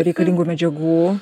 reikalingų medžiagų